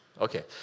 okay